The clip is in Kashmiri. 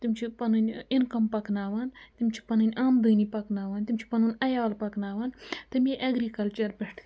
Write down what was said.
تِم چھِ پَنٕنۍ اِنکَم پَکناوان تِم چھِ پَنٕنۍ آمدٲنی پَکناوان تِم چھِ پَنُن عیال پَکناوان تَمی اٮ۪گرِکَلچَر پٮ۪ٹھ